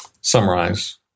summarize